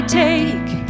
take